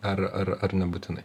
ar ar nebūtinai